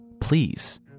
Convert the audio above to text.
Please